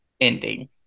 ending